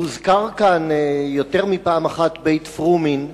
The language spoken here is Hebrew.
הוזכר כאן יותר מפעם אחת בית-פרומין.